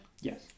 yes